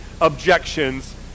objections